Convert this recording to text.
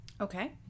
Okay